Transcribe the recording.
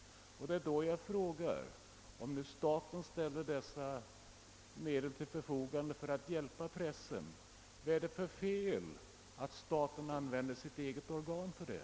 Och om staten ställer medel till förfo gande för att hjälpa pressen, vad är det för fel att staten använder sitt eget organ för det?